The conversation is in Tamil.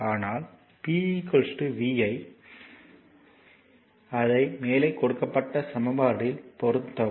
ஆனால் P vi அதை மேலே கொடுக்கப்பட்ட சமன்பாடு இல் பொருத்தவும்